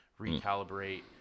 recalibrate